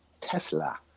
Tesla